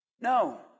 no